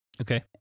Okay